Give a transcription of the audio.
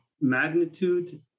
magnitude